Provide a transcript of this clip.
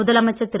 முதலமைச்சர் திரு